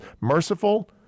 merciful